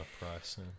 price